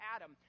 Adam